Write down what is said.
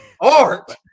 Art